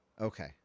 Okay